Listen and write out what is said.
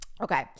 Okay